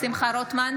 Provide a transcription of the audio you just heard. שמחה רוטמן,